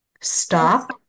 Stop